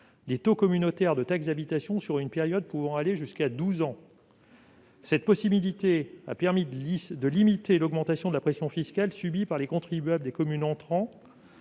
des taux communautaires de taxe d'habitation sur une période pouvant aller jusqu'à douze ans. Cette possibilité a permis de limiter l'augmentation de la pression fiscale subie par les contribuables des communes entrantes,